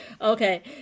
Okay